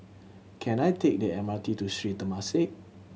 can I take the M R T to Sri Temasek